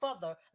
further